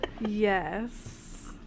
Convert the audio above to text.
Yes